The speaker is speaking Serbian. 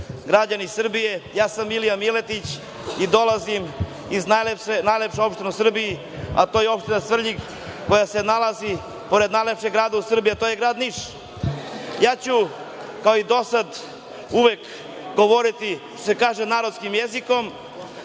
građani Srbije, ja sam Milija Miletić i dolazim iz najlepše opštine u Srbiji, a to je opština Svrljig koja se nalazi kod najlepšeg grada u Srbiji, a to je grad Niš. Kao i do sada uvek ću govoriti, kako se kaže, narodskim jezikom